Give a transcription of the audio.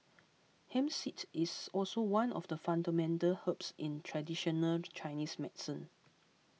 hemp seed is also one of the fundamental herbs in traditional Chinese medicine